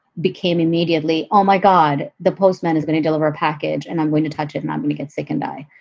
became immediately, oh, my god, the postman is going to deliver a package and i'm going to touch it and i'm going to get sick and die.